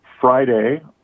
Friday